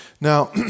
Now